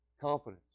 Confidence